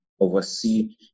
oversee